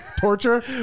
torture